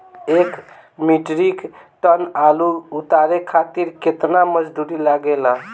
एक metric ton आलू उतारे खातिर केतना मजदूरी लागेला?